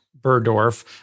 Burdorf